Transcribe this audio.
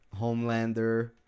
homelander